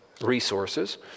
resources